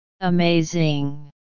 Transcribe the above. Amazing